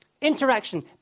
interaction